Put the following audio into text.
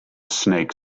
snake